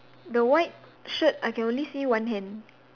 the white shirt I can only see one hand